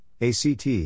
ACT